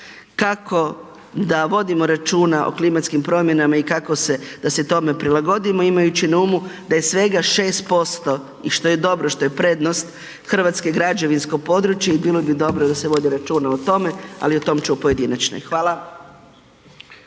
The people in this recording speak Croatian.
kako da vodimo računa o klimatskim promjenama i kako se, da se tome prilagodimo imajući na umu da je svega 6% i što je dobro, što je prednost Hrvatske, građevinsko podruje i bilo bi dobro da se vodi računa o tome, ali o tome ću u pojedinačnoj. Hvala.